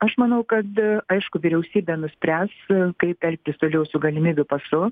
aš manau kad aišku vyriausybė nuspręs kaip elgtis toliau su galimybių pasu